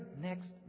next